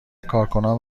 کارکنان